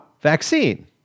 vaccine